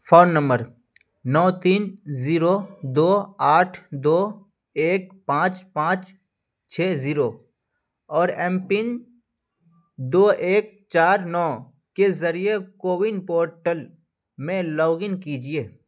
phone number نو تین zero دو آٹھ دو ایک پانچ پانچ چھ زیرو اور ایم پن دو ایک چار نو کے ذریعے کوون پورٹل میں لاگ ان کیجیے